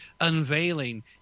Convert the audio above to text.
unveiling